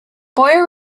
boyer